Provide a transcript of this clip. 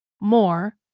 more